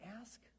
ask